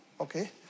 okay